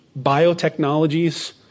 biotechnologies